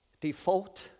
default